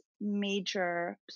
major